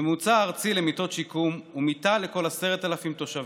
הממוצע הארצי למיטות שיקום הוא מיטה לכל 10,000 תושבים,